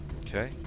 okay